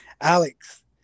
Alex